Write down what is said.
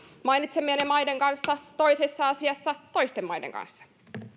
mainitsemienne maiden kanssa toisessa asiassa toisten maiden kanssa